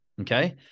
okay